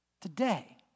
Today